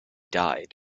died